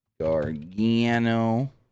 Gargano